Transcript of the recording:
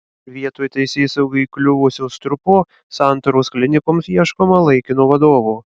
vietoj teisėsaugai įkliuvusio strupo santaros klinikoms ieškoma laikino vadovo